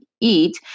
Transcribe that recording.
eat